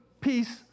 peace